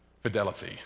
fidelity